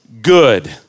good